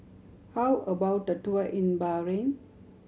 how about a tour in Bahrain